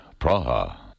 Praha